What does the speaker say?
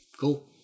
cool